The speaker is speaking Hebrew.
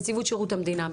נציבות שירות המדינה,